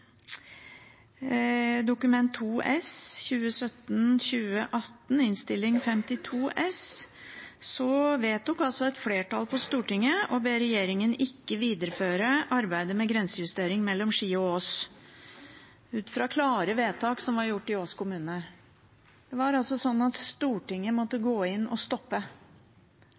S for 2017–2018, vedtok et flertall på Stortinget å be «regjeringen ikke videreføre arbeid med grenseendring mellom Ski og Ås», ut fra klare vedtak som var gjort i Ås kommune. Det var altså slik at Stortinget måtte gå inn og stoppe.